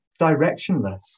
directionless